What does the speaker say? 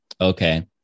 okay